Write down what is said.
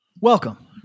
Welcome